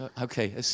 okay